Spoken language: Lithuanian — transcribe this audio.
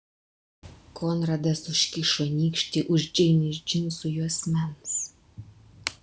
konradas užkišo nykštį už džeinės džinsų juosmens